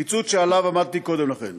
קיצוץ שעליו עמדתי קודם לכן.